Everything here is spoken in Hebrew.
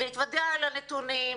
להתוודע על הנתונים,